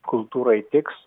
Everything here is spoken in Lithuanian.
kultūrai tiks